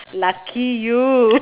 lucky you